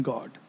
God